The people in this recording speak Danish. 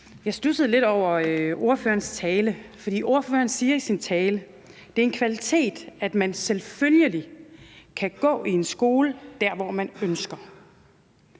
Jeg studsede lidt over ordførerens tale. For ordføreren siger i sin tale: Det er en kvalitet, at man selvfølgelig kan gå i en skole der, hvor man ønsker.